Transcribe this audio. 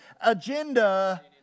agenda